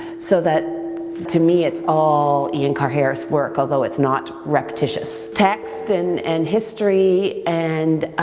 so that to me it's all ian carr-harris work, although it's not repititious. text and and history and, ah,